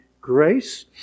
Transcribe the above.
grace